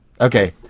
Okay